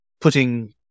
putting